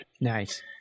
Nice